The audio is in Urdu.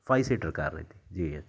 فائیو سیٹر کار رہتی جی اچھا